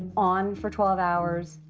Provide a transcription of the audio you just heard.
on for twelve hours,